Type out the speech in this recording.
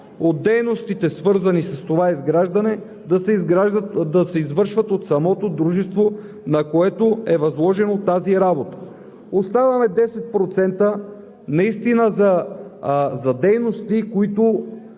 от дейностите, свързани с това изграждане, да се извършват от самото дружество, на което е възложена тази работа. Оставяме 10% за дейности, които